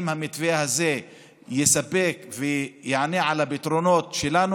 אם המתווה הזה יספק ויענה על הבעיות שלנו,